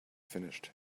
finished